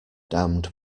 damned